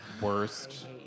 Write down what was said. Worst